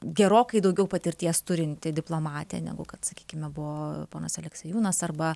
gerokai daugiau patirties turinti diplomatė negu kad sakykime buvo ponas aleksejūnas arba